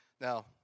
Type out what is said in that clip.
Now